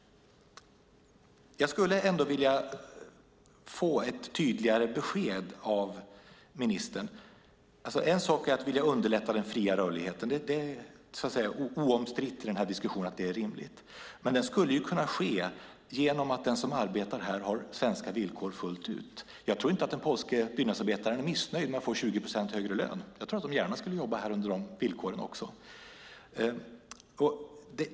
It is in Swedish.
Jag skulle ändå vilja få ett tydligare besked av ministern. En sak är att vilja underlätta den fria rörligheten. Det är oomstritt i den här diskussionen att det är rimligt. Men det skulle ju kunna ske genom att den som arbetar här har svenska villkor full ut. Jag tror inte att den polske byggnadsarbetaren är missnöjd om han får 20 procent högre lön. Jag tror att de gärna skulle jobba här under de villkoren också.